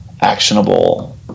actionable